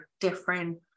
different